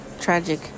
tragic